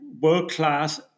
world-class